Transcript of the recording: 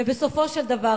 ובסופו של דבר,